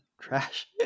trash